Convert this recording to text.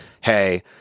hey